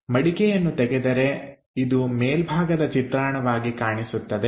ಮಡಿಕೆಯನ್ನು ತೆಗೆದರೆ ಇದು ಮೇಲ್ಭಾಗದ ಚಿತ್ರಣವಾಗಿ ಕಾಣಿಸುತ್ತದೆ